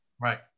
Right